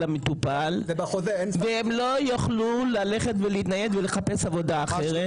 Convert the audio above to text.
המטופל והם לא יוכלו ללכת ולחפש עבודה אחרת.